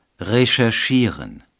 Recherchieren